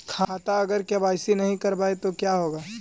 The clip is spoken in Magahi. खाता अगर के.वाई.सी नही करबाए तो का होगा?